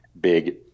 big